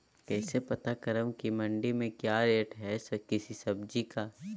कैसे पता करब की मंडी में क्या रेट है किसी सब्जी का?